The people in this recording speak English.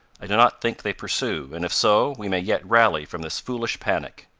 i do not think they pursue, and if so, we may yet rally from this foolish panic.